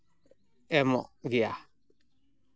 ᱮᱢᱚᱜ ᱜᱮᱭᱟ